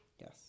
Yes